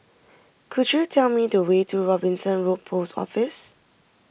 could you tell me the way to Robinson Road Post Office